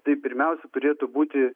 tai pirmiausia turėtų būti